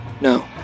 No